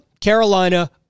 Carolina